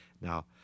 Now